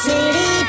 City